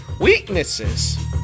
weaknesses